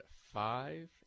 five